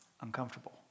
Uncomfortable